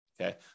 Okay